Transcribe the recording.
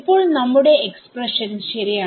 ഇപ്പോൾ നമ്മുടെ എക്സ്പ്രഷൻശരിയാണ്